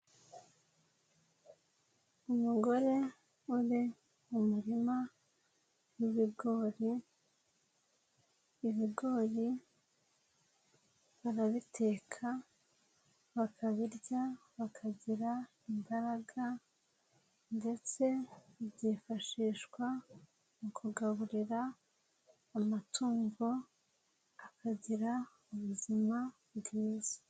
Umugore uri mu muririma w'ibigori, ibigori barabiteka, bakabirya bakagira imbaraga ndetse byifashishwa mu kugaburira amatungo akagira ubuzima bwiza.